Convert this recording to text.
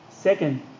Second